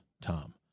Tom